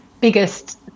biggest